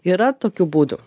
yra tokių būdų